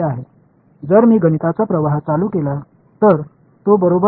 எனவே நான் ஒரு கணித மின்னோட்டத்தை அறிமுகப்படுத்தினால் அது சமம்